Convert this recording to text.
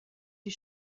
die